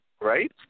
right